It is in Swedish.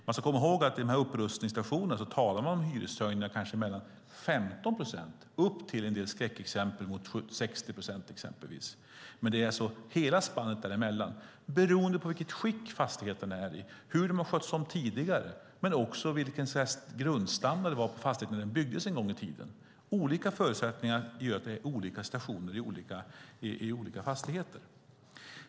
Vi ska komma ihåg att i de här upprustningssituationerna talar man om hyreshöjningar på kanske mellan 15 procent och, som skräckexempel, 60 procent, med hela spannet däremellan beroende på i vilket skick fastigheten är, hur den har skötts om tidigare och vilken grundstandard det var på fastigheten när den byggdes en gång i tiden. Olika förutsättningar gör att det är olika situationer i olika fastigheter.